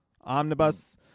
Omnibus